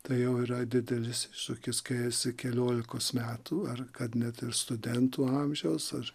tai jau yra didelis iššūkis kai esi keliolikos metų ar kad net ir studentų amžiaus aš